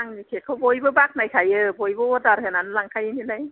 आंनि केकखौ बयबो बाख्नायखायो बयबो अर्डार होना लांखायो नालाय